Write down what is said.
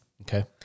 Okay